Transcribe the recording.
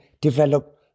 develop